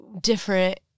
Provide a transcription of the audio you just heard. different